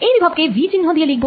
এই বিভব কে V চিহ্ন দিয়ে লিখব